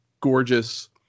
gorgeous